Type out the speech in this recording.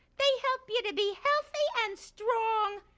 they help ya to be healthy and strong.